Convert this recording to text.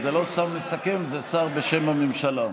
זה לא שר מסכם, זה שר בשם הממשלה.